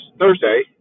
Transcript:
Thursday